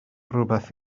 rywbeth